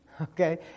okay